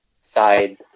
side